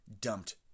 dumped